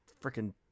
freaking